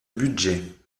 budget